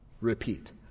Repeat